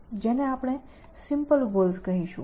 જેને આપણે તેને સિમ્પલ ગોલ્સ કહીશું